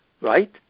Right